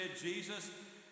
Jesus